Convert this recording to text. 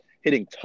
hitting